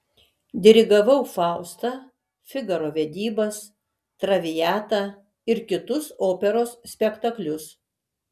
dirigavau faustą figaro vedybas traviatą ir kitus operos spektaklius